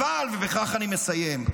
ובכך אני מסיים.